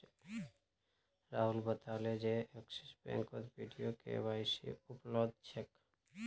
राहुल बताले जे एक्सिस बैंकत वीडियो के.वाई.सी उपलब्ध छेक